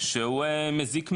שהוא מזיק מאוד,